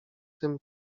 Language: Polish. tym